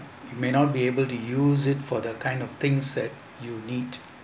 you may not be able to use it for the kind of things that you need